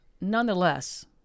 Nonetheless